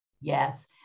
Yes